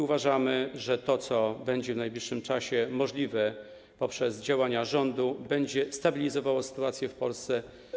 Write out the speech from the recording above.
Uważamy, że to, co będzie w najbliższym czasie możliwe do zrealizowania poprzez działania rządu, będzie stabilizowało sytuację w Polsce.